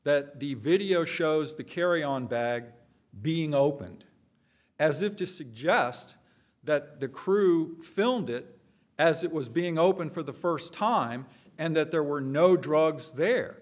that the video shows the carry on bag being opened as if to suggest that the crew filmed it as it was being open for the first time and that there were no drugs there